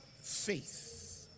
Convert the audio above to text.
faith